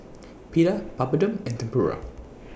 Pita Papadum and Tempura